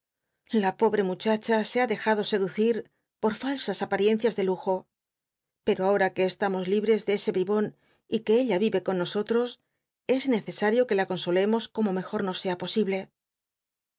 la pobre muchacha se ha dejado seducir por falsas apariencias de lujo pero ahora que es amos libres de ese bribon y que ella vive con nosotros es necesario que la codolemos como mejor nos sea posible